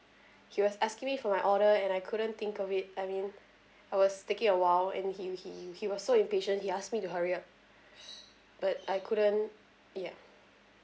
he was asking me for my order and I couldn't think of it I mean I was taking a while and he he he was so impatient he asked me to hurry up but I couldn't ya